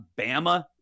Bama